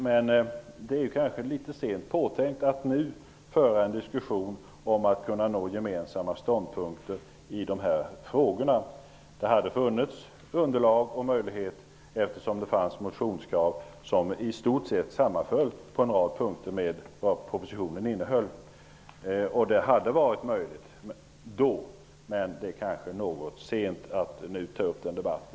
Men det är kanske litet sent påtänkt att nu föra en diskussion om att kunna komma fram till gemensamma ståndpunkter i dessa frågor. Det hade funnits undrlag och möjlighet till det. Det fanns ju motionskrav som på några punkter i stort sett sammanföll med propositionens innehåll. Det hade som sagt varit möjligt då, men det är något sent att nu ta upp en sådan debatt.